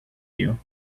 you